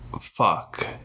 fuck